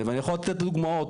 ואני יכול לתת דוגמאות.